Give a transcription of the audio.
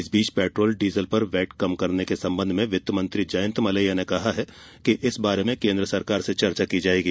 इस बीच petrol diesel पर वैट कम करने के संबंध में वित्तमंत्री जयंत मलैया ने कहा है कि इस बारे में केन्द्र सरकार से चर्चा की जायेगी